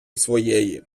своєї